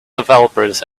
developers